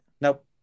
nope